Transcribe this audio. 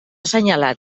assenyalat